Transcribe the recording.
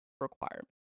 requirement